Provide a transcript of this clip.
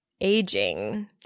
aging